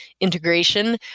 integration